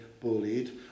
bullied